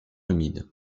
humide